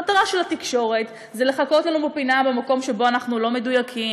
המטרה של התקשורת היא לחכות לנו בפינה במקום שבו אנחנו לא מדויקים,